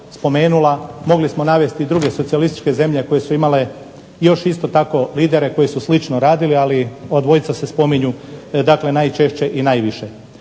spomenula, mogli smo navesti i druge socijalističke zemlje koje su imale još isto tako lidere koji su slično radili, ali ova dvojica se spominju najčešće i najviše.